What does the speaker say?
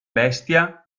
bestia